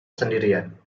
sendirian